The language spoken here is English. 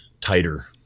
tighter